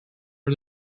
for